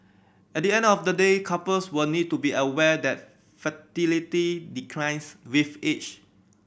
at the end of the day couples will need to be aware that fertility declines with age